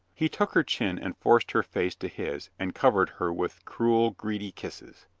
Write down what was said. he took her chin and forced her face to his and covered her with cruel, greedy kisses.